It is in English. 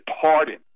pardon